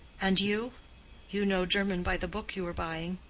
and you you know german by the book you were buying.